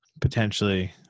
potentially